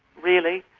really,